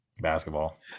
Basketball